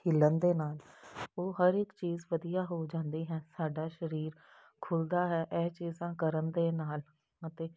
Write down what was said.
ਹਿੱਲਨ ਦੇ ਨਾਲ ਉਹ ਹਰ ਇੱਕ ਚੀਜ਼ ਵਧੀਆ ਹੋ ਜਾਂਦੀ ਹੈ ਸਾਡਾ ਸਰੀਰ ਖੁਲ੍ਹਦਾ ਹੈ ਇਹ ਚੀਜ਼ਾਂ ਕਰਨ ਦੇ ਨਾਲ ਅਤੇ